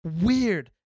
weird